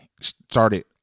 Started